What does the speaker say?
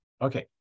okay